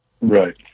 Right